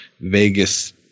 Vegas